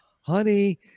honey